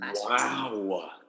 Wow